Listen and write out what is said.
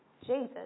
Jesus